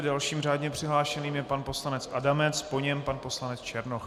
Dalším řádně přihlášeným je pan poslanec Adamec, po něm pan poslanec Černoch.